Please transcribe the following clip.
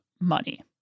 money